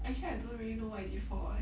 actually I don't really know what is it for eh